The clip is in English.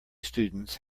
students